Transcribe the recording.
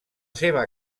seva